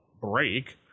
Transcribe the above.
break